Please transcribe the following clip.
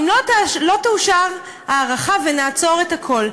אם לא תאושר ההארכה ונעצור את הכול?